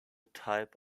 type